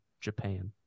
Japan